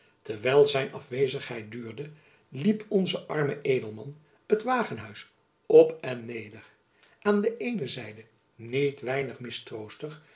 terwijl zijn afwezigheid duurde liep onze arme edelman het wagenhuis op en neder aan de eene zijde niet weinig mistroostig